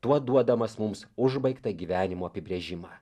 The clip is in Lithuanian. tuo duodamas mums užbaigtą gyvenimo apibrėžimą